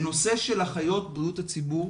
לגבי אחיות בריאות הציבור,